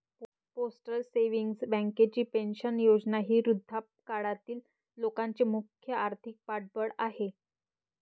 postal savings बँकेची pension योजना ही वृद्धापकाळातील लोकांचे मुख्य आर्थिक पाठबळ आहे